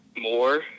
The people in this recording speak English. more